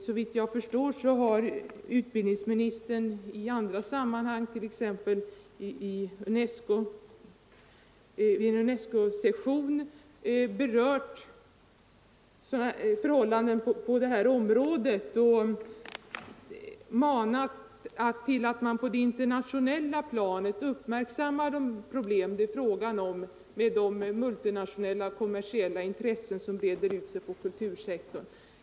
Såvitt jag vet har utbildningsministern i andra sammanhang, t.ex. vid en UNESCO-session, berört förhållanden på detta område och manat till att man på det internationella planet uppmärksammar problemen med de multinationella kommersiella intressen som breder ut sig på kultur sektorn.